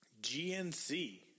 GNC